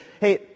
hey